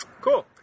cool